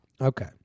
Okay